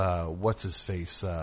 what's-his-face